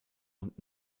und